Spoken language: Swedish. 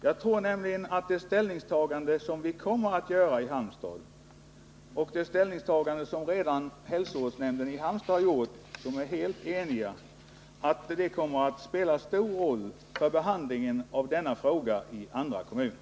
Jag tror nämligen att det ställningstagande som vi kommer att Nr 80 göra i Halmstad, liksom det ställningstagande som redan hälsovårdsnämnden där gjort under full enighet, kommer att spela stor roll för behandlingen av denna fråga i andra kommuner.